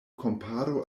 kompare